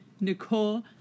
Nicole